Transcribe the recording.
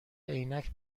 عینک